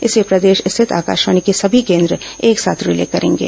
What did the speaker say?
इसे प्रदेश स्थित आकाशवाणी के सभी केंद्र एक साथ रिले करेंगे